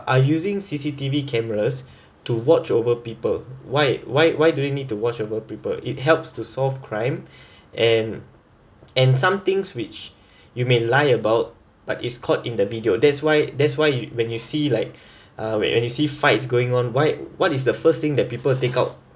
are using C_C_T_V cameras to watch over people why why why do they need to watch over people it helps to solve crime and and some things which you may lie about but it's caught in the video that's why that's why when you see like uh when you see fights going on why what is the first thing that people take out